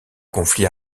conflit